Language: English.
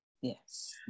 yes